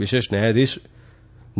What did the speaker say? વિશેષ ન્યાયાધીશ જે